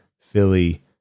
Philly